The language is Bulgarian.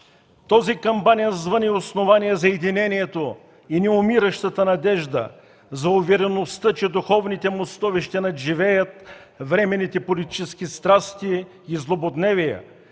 Този камбанен звън е основание за единението и неумиращата надежда, за увереността, че духовните мостове ще надживеят временните политически страсти и злободневие,